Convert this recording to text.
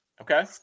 Okay